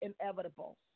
inevitable